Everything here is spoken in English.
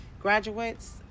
graduates